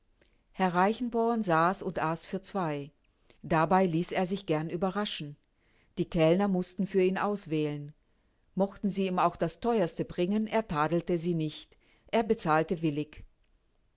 herr reichenborn saß und aß für zwei dabei ließ er sich gern überraschen die kellner mußten für ihn auswählen mochten sie ihm auch das theuerste bringen er tadelte sie nicht er bezahlte willig